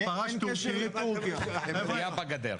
נגיעה בגדר.